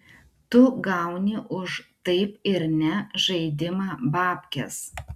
tu gauni už taip ir ne žaidimą bapkes